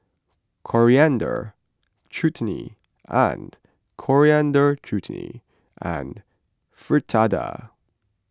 Coriander Chutney and Coriander Chutney and Fritada